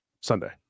Sunday